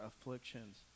afflictions